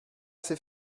ces